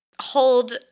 hold